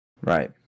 Right